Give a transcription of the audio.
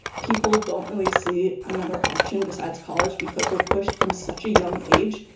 people don't really see another option besides college because we're pushed from such a young age,